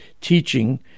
teaching